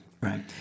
Right